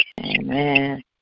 Amen